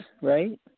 right